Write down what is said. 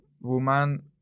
woman